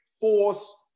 force